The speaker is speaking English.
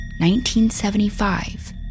1975